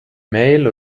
mail